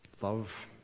love